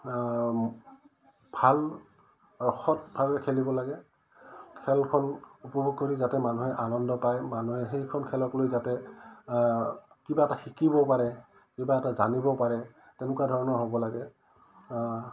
ভাল আৰু সৎভাৱে খেলিব লাগে খেলখন উপভোগ কৰি যাতে মানুহে আনন্দ পায় মানুহে সেইখন খেলক লৈ যাতে কিবা এটা শিকিব পাৰে কিবা এটা জানিব পাৰে তেনেকুৱা ধৰণৰ হ'ব লাগে